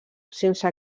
sense